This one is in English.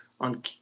on